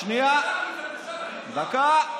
שנייה, דקה.